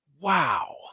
wow